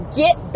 get